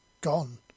gone